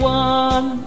one